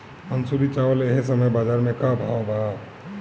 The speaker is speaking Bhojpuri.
मंसूरी चावल एह समय बजार में का भाव बा?